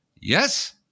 yes